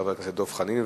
חבר הכנסת דב חנין,